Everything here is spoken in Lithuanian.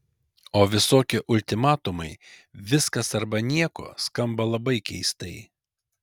o visokie ultimatumai viskas arba nieko skamba labai keistai